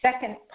second